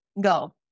go